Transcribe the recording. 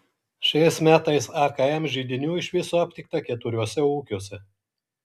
šiais metais akm židinių iš viso aptikta keturiuose ūkiuose